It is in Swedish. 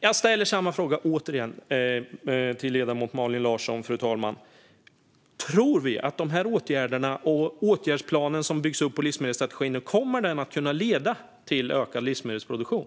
Jag ställer samma fråga återigen till ledamoten Malin Larsson: Kommer dessa åtgärder och den åtgärdsplan som byggs upp med anledning av livsmedelsstrategin att kunna leda till ökad livsmedelsproduktion?